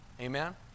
amen